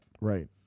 Right